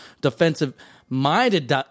defensive-minded